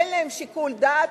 אין להן שיקול דעת,